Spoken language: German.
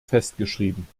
festgeschrieben